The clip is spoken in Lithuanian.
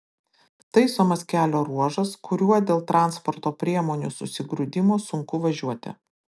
taisomas kelio ruožas kuriuo dėl transporto priemonių susigrūdimo sunku važiuoti